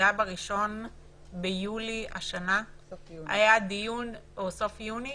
זה היה ב-1 ביולי השנה או בסוף יוני